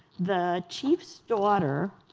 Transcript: the chief's daughter,